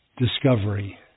discovery